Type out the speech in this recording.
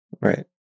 Right